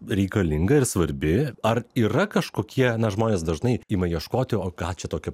reikalinga ir svarbi ar yra kažkokie na žmonės dažnai ima ieškoti o ką čia tokio